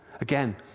again